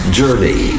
journey